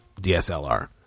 DSLR